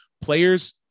players